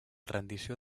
rendició